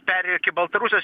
perėjo iki baltarusijos